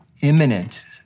imminent